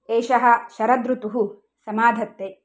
एषः शरद् ऋतुः समाधत्ते